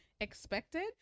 expected